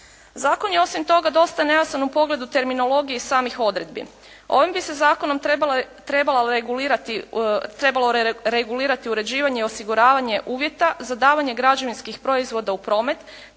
Zakon je osim toga dosta nejasan u pogledu terminologije iz samih odredbi. Ovim bi se zakonom trebalo regulirati uređivanje i osiguravanje uvjeta za davanje građevinskih proizvoda u promet